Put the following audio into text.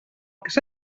que